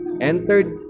entered